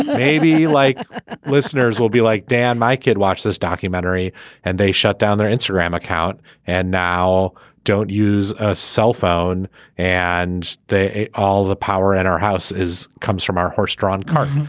maybe like listeners we'll be like dan my kid watch this documentary and they shut down their instagram account and now don't use a cell phone and they all the power at our house is comes from our horse drawn cart.